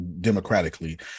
democratically